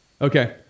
Okay